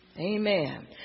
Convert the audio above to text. Amen